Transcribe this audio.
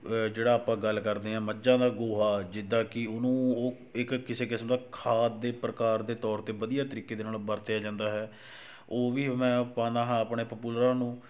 ਜਿਹੜਾ ਆਪਾਂ ਗੱਲ ਕਰਦੇ ਹਾਂ ਮੱਝਾਂ ਦਾ ਗੋਹਾ ਜਿੱਦਾਂ ਕੀ ਉਹਨੂੰ ਉਹ ਇੱਕ ਕਿਸੇ ਕਿਸਮ ਦਾ ਖਾਦ ਦੇ ਪ੍ਰਕਾਰ ਦੇ ਤੌਰ 'ਤੇ ਵਧੀਆ ਤਰੀਕੇ ਦੇ ਨਾਲ਼ ਵਰਤਿਆ ਜਾਂਦਾ ਹੈ ਉਹ ਵੀ ਮੈਂ ਪਾਉਂਦਾ ਹਾਂ ਆਪਣੇ ਪਪੂਲਰਾਂ ਨੂੰ